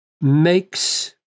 makes